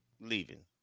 Leaving